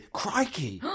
crikey